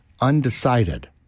undecided